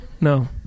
no